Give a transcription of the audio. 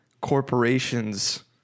corporation's